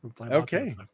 Okay